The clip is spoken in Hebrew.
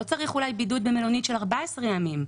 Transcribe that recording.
לא צריך אולי בידוד במלונית של 14 ימים,